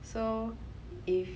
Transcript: so if